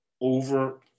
over